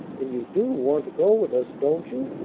and you do want to go with us, don't you?